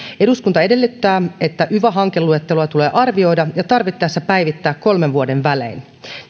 eduskunta edellyttää että yva hankeluetteloa tulee arvioida ja tarvittaessa päivittää kolmen vuoden välein